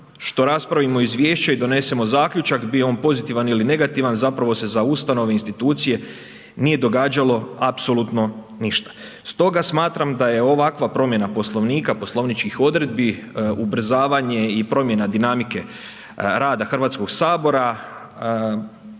što raspravimo Izvješće i donesemo zaključak, bio on pozitivan ili negativan, zapravo se za ustanove i institucije nije događalo apsolutno ništa. Stoga smatram da je ovakva promjena Poslovnika, poslovničkih odredbi, ubrzavanje i promjena dinamike rada Hrvatskog sabora,